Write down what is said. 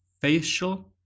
facial